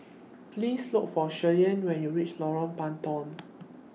Please Look For Shirleyann when YOU REACH Lorong Puntong